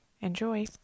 Enjoy